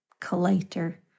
collator